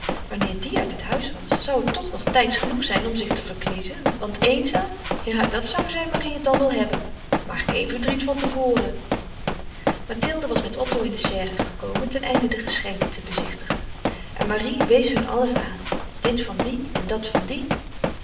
wanneer die uit het huis was zou het toch nog tijds genoeg zijn om zich te verkniezen want eenzaam ja dat zou zij marie het dan wel hebben maar geen verdriet van te voren mathilde was met otto in de serre gekomen ten einde de geschenken te bezichtigen en marie wees hun alles aan dit van die en dat van die